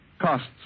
costs